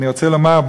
אני רוצה לומר,